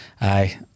aye